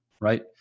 right